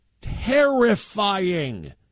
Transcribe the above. Terrifying